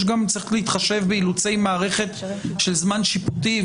צריך גם להתחשב באילוצי מערכת של זמן שיפוטי,